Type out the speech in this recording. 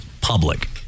public